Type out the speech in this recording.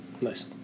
nice